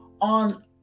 on